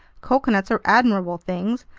coconuts are admirable things,